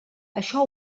això